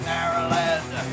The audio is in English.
Maryland